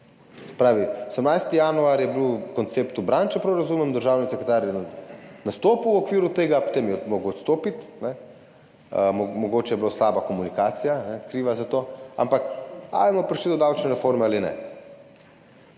pravi, 18. januarja je bil koncept ubran, če prav razumem, državni sekretar je nastopil v okviru tega, potem je moral odstopiti. Mogoče je bila kriva za to slaba komunikacija, ampak ali bomo prišli do davčne reforme ali ne?